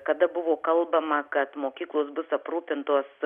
kada buvo kalbama kad mokyklos bus aprūpintos